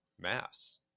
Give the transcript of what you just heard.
Mass